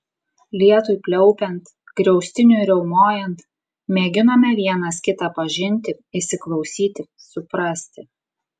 lietui pliaupiant griaustiniui riaumojant mėginome vienas kitą pažinti įsiklausyti suprasti